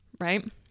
Right